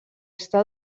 està